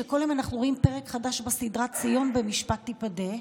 בכל יום אנחנו רואים פרק חדש בסדרה "ציון במשפט תיפדה".